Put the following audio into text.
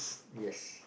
yes